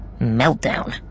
meltdown